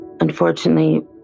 Unfortunately